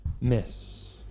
Miss